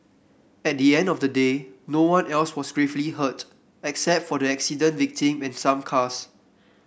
at the end of the day no one else was gravely hurt except for the accident victim and some cars